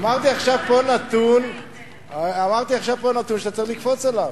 אמרתי פה עכשיו נתון שאתה צריך לקפוץ עליו.